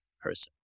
person